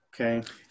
Okay